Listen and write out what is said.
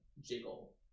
jiggle